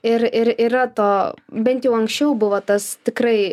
ir ir yra to bent jau anksčiau buvo tas tikrai